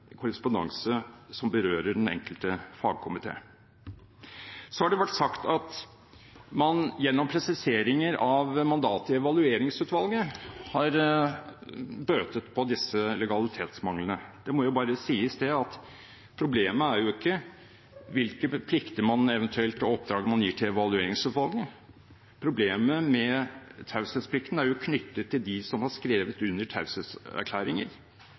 korrespondanse som berører den enkelte fagkomité. Så har det vært sagt at man gjennom presiseringer av mandatet i Evalueringsutvalget har bøtt på disse legalitetsmanglene. Det må bare sies at problemet er jo ikke hvilke plikter og oppdrag man eventuelt gir Evalueringsutvalget. Problemet med taushetsplikten er knyttet til dem som har skrevet under